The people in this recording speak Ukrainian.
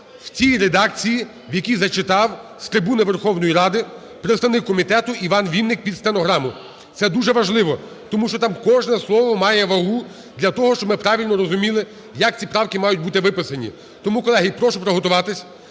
в цій редакції, в якій зачитав з трибуни Верховної Ради представник комітету Іван Вінник під стенограму. Це дуже важливо, тому що там кожне слово має вагу для того, щоб ми правильно розуміли, як ці правки мають бути виписані. Тому, колеги, прошу приготуватись.